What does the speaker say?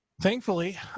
thankfully